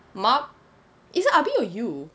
mop is it abi or you